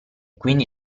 quindi